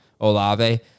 Olave